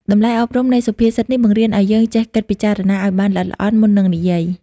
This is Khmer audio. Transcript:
តម្លៃអប់រំនៃសុភាសិតនេះបង្រៀនឱ្យយើងចេះគិតពិចារណាឱ្យបានល្អិតល្អន់មុននឹងនិយាយ។